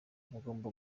mugomba